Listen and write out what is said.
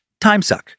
timesuck